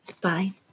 Bye